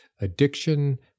addiction